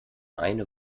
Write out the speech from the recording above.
eine